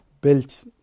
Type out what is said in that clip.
built